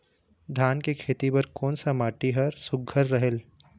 धान के खेती बर कोन सा माटी हर सुघ्घर रहेल?